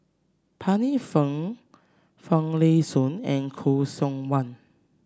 Pancy Seng Finlayson and Khoo Seok Wan